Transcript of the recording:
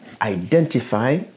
identify